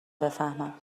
بفهمم